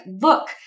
look